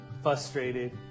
frustrated